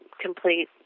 complete